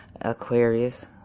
Aquarius